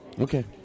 okay